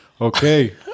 Okay